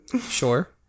Sure